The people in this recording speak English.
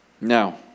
Now